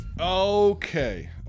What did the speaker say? Okay